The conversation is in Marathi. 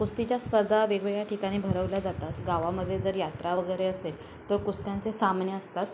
कुस्तीच्या स्पर्धा वेगवेगळ्या ठिकाणी भरवल्या जातात गावामध्ये जर यात्रा वगैरे असेल तर कुस्त्यांचे सामने असतात